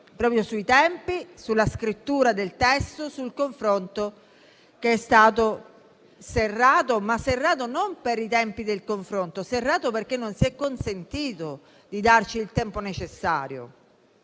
proprio sui tempi, sulla scrittura del testo e sul confronto, che è stato serrato, e non per i tempi del confronto, bensì perché non si è consentito di darci il tempo necessario.